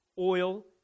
oil